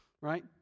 right